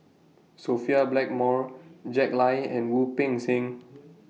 Sophia Blackmore Jack Lai and Wu Peng Seng